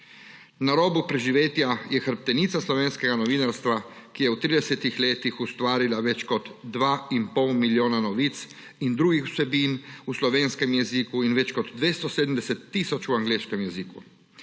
Na robu preživetja je hrbtenica slovenskega novinarstva, ki je v tridesetih letih ustvarila več kot 2 in pol milijona novic in drugih vsebin, v slovenskem jeziku in več kot 270 tisoč v angleškem jeziku.